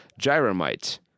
Gyromite